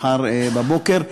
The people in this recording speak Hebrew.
מחר בבוקר,